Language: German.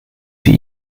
sie